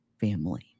family